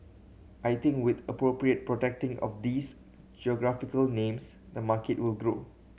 I think with appropriate protecting of these geographical names the markets will grow